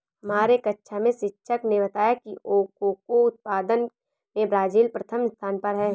हमारे कक्षा में शिक्षक ने बताया कि कोको उत्पादन में ब्राजील प्रथम स्थान पर है